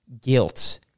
guilt